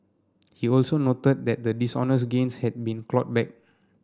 he also noted that the dishonest gains had been clawed back